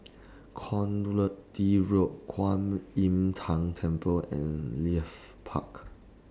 Road Kwan Im Tng Temple and Leith Park